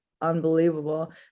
unbelievable